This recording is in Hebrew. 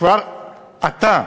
כבר עתה,